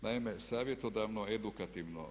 Naime, savjetodavno-edukativno.